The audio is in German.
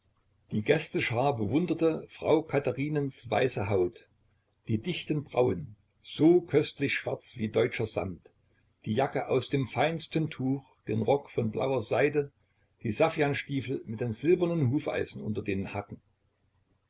die gästeschar bewunderte frau katherinens weiße haut die dichten brauen so köstlich schwarz wie deutscher samt die jacke aus dem feinsten tuch den rock von blauer seide die saffianstiefel mit den silbernen hufeisen unter den hacken